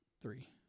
three